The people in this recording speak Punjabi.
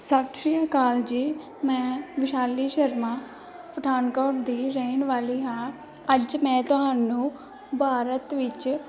ਸਤਿ ਸ਼੍ਰੀ ਅਕਾਲ ਜੀ ਮੈਂ ਵਿਸ਼ਾਲੀ ਸ਼ਰਮਾ ਪਠਾਨਕੋਟ ਦੀ ਰਹਿਣ ਵਾਲੀ ਹਾਂ ਅੱਜ ਮੈਂ ਤੁਹਾਨੂੰ ਭਾਰਤ ਵਿੱਚ